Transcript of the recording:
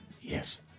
Yes